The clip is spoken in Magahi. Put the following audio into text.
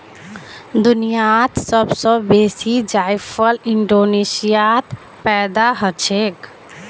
दुनियात सब स बेसी जायफल इंडोनेशियात पैदा हछेक